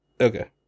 Okay